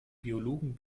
biologen